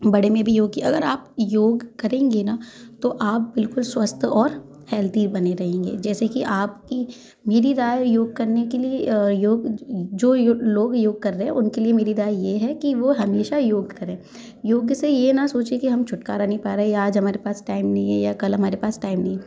बड़े में भी योग की अगर आप योग करेंगी ना तो आप बिल्कुल स्वस्थ और हेल्दी बने रहेंगे जैसे कि आपकी मेरी राय योग करने के लिए योग जो यो लोग योग कर रहे उनके लिए मेरी राय ये है कि वो हमेशा योग करें योग से ये ना सोचे कि हम छुटकारा नहीं पा रहे या आज हमारे पास टाइम नहीं है या कल हमारे पास टाइम नहीं